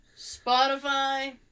Spotify